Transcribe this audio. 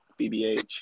BBH